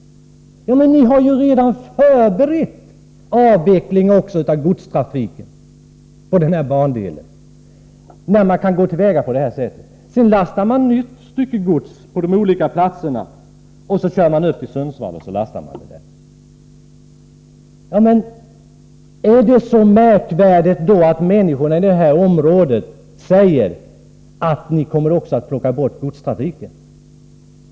Har man då inte redan förberett en avveckling av godstrafiken på den här bandelen, när man går till väga på detta sätt? På de olika platserna lastar man på nytt styckegods, som körs upp till Sundsvall, varpå omlastning sker. Är det då så märkligt att människorna i dessa områden säger att ni också kommer att ta bort godstrafiken?